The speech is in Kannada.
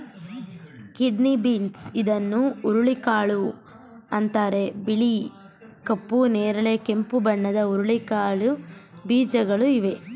ಕಿಡ್ನಿ ಬೀನ್ಸ್ ಇದನ್ನು ಹುರುಳಿಕಾಯಿ ಅಂತರೆ ಬಿಳಿ, ಕಪ್ಪು, ನೇರಳೆ, ಕೆಂಪು ಬಣ್ಣದ ಹುರಳಿಕಾಯಿ ಬೀಜಗಳು ಇವೆ